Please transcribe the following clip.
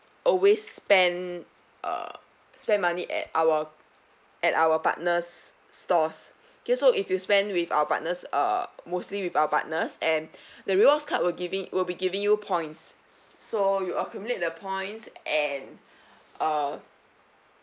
always spend uh spend money at our at our partners' stores okay so if you spend with our partners uh mostly with our partners and the rewards card will giving will be giving you points so you accumulate the points and uh